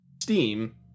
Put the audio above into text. steam